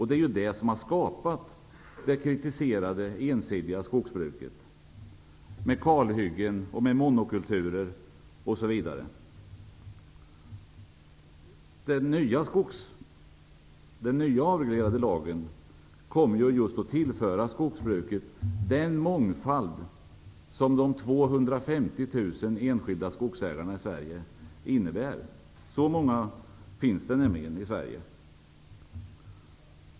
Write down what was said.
Det är ju detta som har skapat det kritiserade ensidiga skogsbruket med kalhyggen, monokulturer osv. Den nya avreglerande lagen kommer att tillföra skogsbruket den mångfald som de 250 000 enskilda skogsägarna i Sverige innebär -- så många skogsägare finns det faktiskt i Sverige.